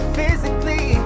Physically